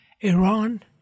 Iran